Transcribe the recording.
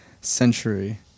century